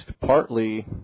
partly